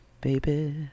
baby